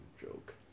joke